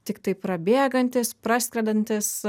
tiktai prabėgantys praskrendantys